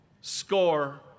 score